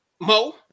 Mo